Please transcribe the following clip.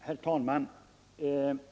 Herr talman!